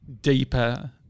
deeper